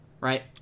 right